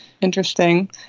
interesting